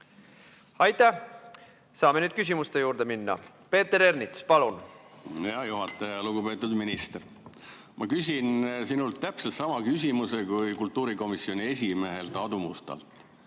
Aitäh! Saame nüüd küsimuste juurde minna. Peeter Ernits, palun! Hea juhataja! Lugupeetud minister! Ma küsin sinult täpselt sama küsimuse nagu kultuurikomisjoni esimehelt Aadu Mustalt.